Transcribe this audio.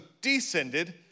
descended